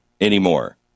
anymore